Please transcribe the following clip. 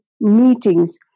meetings